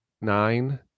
nine